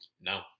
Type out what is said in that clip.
No